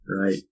Right